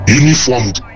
uniformed